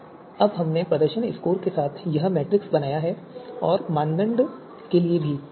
अब हमने प्रदर्शन स्कोर के लिये इक मैट्रिक्स बनाई है और मानदंडों के लिए वजन बनाया गया है